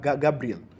Gabriel